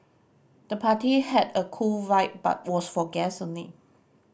the party had a cool vibe but was for guests only